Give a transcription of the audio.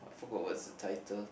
forgot what's the title